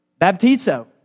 baptizo